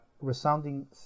resounding